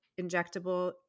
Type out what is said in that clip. injectable